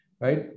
right